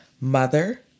mother